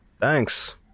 thanks